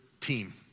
team